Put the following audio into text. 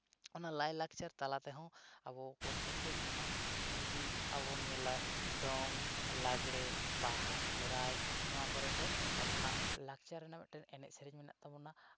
ᱚᱱᱟ ᱞᱟᱭᱼᱞᱟᱠᱪᱟᱨ ᱛᱟᱞᱟ ᱛᱮᱦᱚᱸ ᱟᱵᱚ ᱠᱚ ᱴᱷᱟᱹᱣᱠᱟᱹᱭᱮᱫ ᱵᱚᱱᱟ ᱡᱩᱫᱤ ᱟᱵᱚ ᱵᱚᱱ ᱧᱮᱞᱟ ᱫᱚᱝ ᱞᱟᱜᱽᱲᱮ ᱵᱟᱦᱟ ᱥᱚᱨᱦᱟᱭ ᱱᱚᱣᱟ ᱠᱚᱨᱮᱫ ᱫᱚ ᱟᱵᱚᱱᱟᱜ ᱞᱟᱠᱪᱟᱨ ᱨᱮᱱᱟᱜ ᱢᱤᱫᱴᱮᱱ ᱮᱱᱮᱡᱼᱥᱮᱨᱮᱧ ᱢᱮᱱᱟᱜ ᱛᱟᱵᱚᱱᱟ